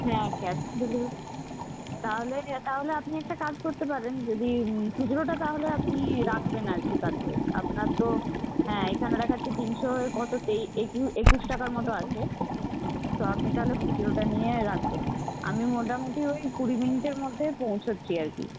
হ্যাঁ cash on delivery তাহলে তাহলে আপনি একটা কাজ করতে পারেন যদি খুচরোটা তাহলে আপনি রাখবেন আর কি কাছে আপনার তো হ্যাঁ এইখানে দেখাচ্ছে তিনশো কতো তেই একু একুশ টাকার মতো আছে তো আপনি তাহলে খুচরোটা নিয়ে রাখবেন আমি মোটামুটি ওই কুড়ি মিনিটের মধ্যে পৌঁছোচ্ছি আর কি